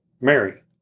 Mary